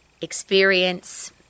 experience